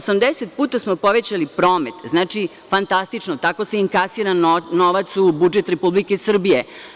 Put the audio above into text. Osamdeset puta smo povećali promet, fantastično, tako se inkasira novac u budžet Republike Srbije.